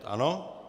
Ano?